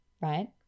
right